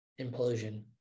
implosion